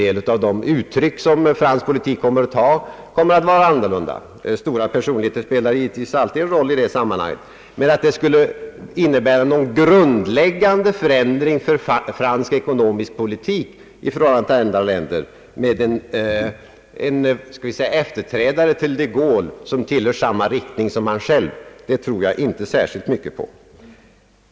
Det är möjligt att fransk politik då kommer att i vissa avseenden ta sig andra uttryck — stora personligheter spelar givetvis alltid sin roll — men jag tror inte särskilt mycket på att en efterträdare till de Gaulle, som tillhör samma riktning som denne, skulle genomföra någon grundläggande förändring av fransk ekonomisk politik i förhållande till andra länder.